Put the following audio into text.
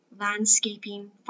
landscaping